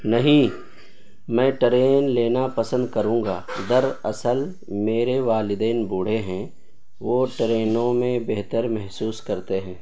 نہیں میں ٹرین لینا پسند کروں گا دراصل میرے والدین بوڑھے ہیں وہ ٹرینوں میں بہتر محسوس کرتے ہیں